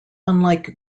unlike